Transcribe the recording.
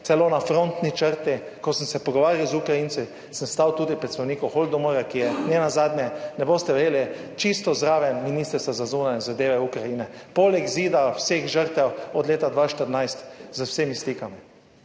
celo na frontni črti, ko sem se pogovarjal z Ukrajinci, sem stal tudi pri spomenikom holodomora, ki je nenazadnje, ne boste verjeli, čisto zraven Ministrstva za zunanje zadeve Ukrajine, poleg zida, vseh žrtev od leta 2014, z vsemi slikami.